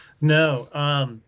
No